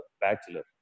bachelor